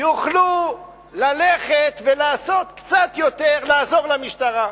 יוכלו ללכת ולעשות קצת יותר לעזור למשטרה.